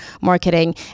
marketing